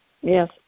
yes